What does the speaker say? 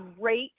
great